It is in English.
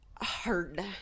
hard